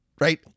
Right